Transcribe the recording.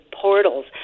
portals